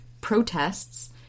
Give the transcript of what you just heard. protests